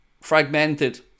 fragmented